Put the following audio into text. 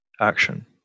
action